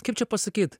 kaip čia pasakyt